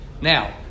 Now